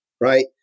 right